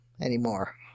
anymore